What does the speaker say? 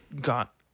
got